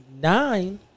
nine